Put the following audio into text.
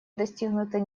достигнуты